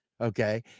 okay